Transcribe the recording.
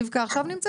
עכשיו רבקה נמצאת.